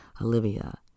Olivia